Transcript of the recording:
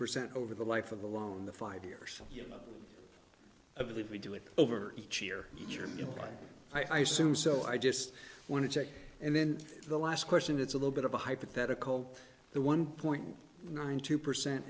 percent over the life of the loan the five years you i believe we do it over each year each or do i assume so i just want to check and then the last question it's a little bit of a hypothetical the one point nine two percent